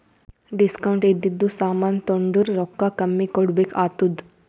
discount ಇದ್ದಿದು ಸಾಮಾನ್ ತೊಂಡುರ್ ರೊಕ್ಕಾ ಕಮ್ಮಿ ಕೊಡ್ಬೆಕ್ ಆತ್ತುದ್